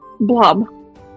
blob